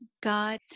God